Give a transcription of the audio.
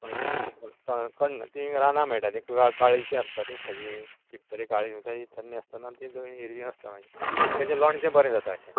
आनी क कण्ण ती रानां मेळटा ती काळींशीं आसता तीं काजी पिकतगेर काळीं जाता तीं तन्नी आसतना तीं हिरवीं आसता पुण तेचें लोणचें बरें जाता अशें